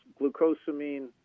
glucosamine